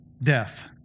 Death